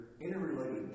interrelated